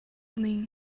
ning